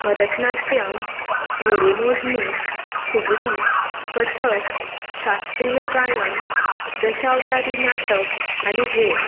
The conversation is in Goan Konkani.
भरतनाट्यम घोडेमोडणी फुगडी कथक शास्त्रीय गायन दशावतारी नाटक आनी हेर